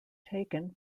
taken